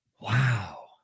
Wow